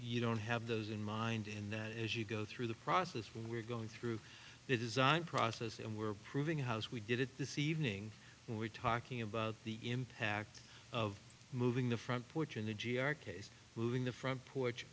you don't have those in mind in that as you go through the process we're going through the design process and we're proving house we did it this evening we're talking about the impact of moving the front porch in the g r case moving the front porch